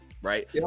Right